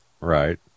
Right